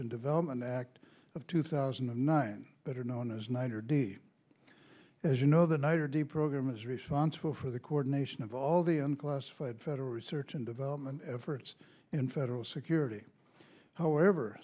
and development act of two thousand and nine better known as night or day as you know the night or day program is responsible for the coordination of all the unclassified federal research and development efforts in federal security however